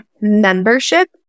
membership